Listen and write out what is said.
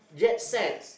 jets